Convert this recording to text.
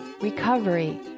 recovery